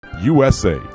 USA